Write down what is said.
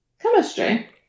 Chemistry